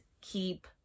keep